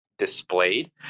displayed